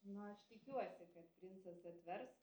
na aš tikiuosi kad princas atvers